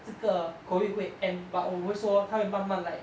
这个 COVID 会 end but 我会说它会慢慢 like